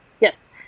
Yes